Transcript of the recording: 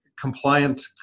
compliant